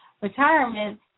retirement